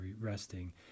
resting